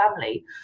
family